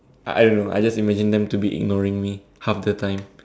I I don't know I just imagine them to be ignoring me half the time